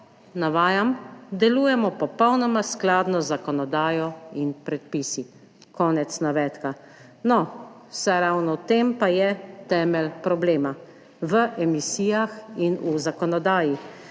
navajam: »Delujemo popolnoma skladno z zakonodajo in predpisi.« Konec navedka. No, saj ravno v tem pa je temelj problema, v emisijah in v zakonodaji.